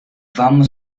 vamos